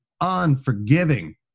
unforgiving